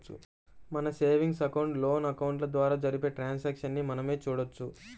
మన savings account, loan అకౌంట్ల ద్వారా జరిపే ట్రాన్సాక్షన్స్ ని మనమే చూడొచ్చు